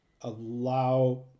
allow